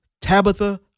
Tabitha